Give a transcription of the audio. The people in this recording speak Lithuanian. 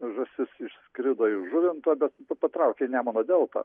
žąsis išskrido iš žuvinto bet patraukė į nemuno deltą